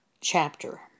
chapter